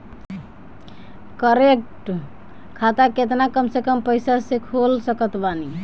Current खाता केतना कम से कम पईसा से खोल सकत बानी?